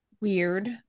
weird